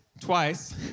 twice